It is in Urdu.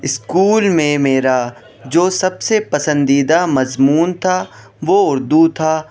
اسکول میں میرا جو سب سے پسندیدہ مضمون تھا وہ اردو تھا